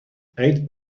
eight